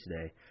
today